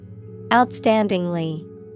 Outstandingly